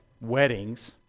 weddings